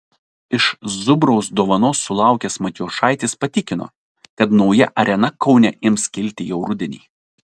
iš zubraus dovanos sulaukęs matijošaitis patikino kad nauja arena kaune ims kilti jau rudenį